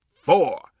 four